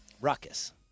Ruckus